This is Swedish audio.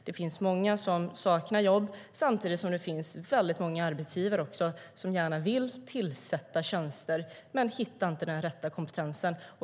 Det finns många som saknar jobb samtidigt som det finns många arbetsgivare som gärna vill tillsätta tjänster men inte hittar den rätta kompetensen.